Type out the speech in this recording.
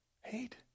Hate